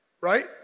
right